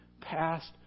past